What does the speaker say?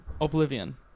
oblivion